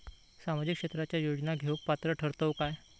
सामाजिक क्षेत्राच्या योजना घेवुक पात्र ठरतव काय?